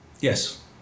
Yes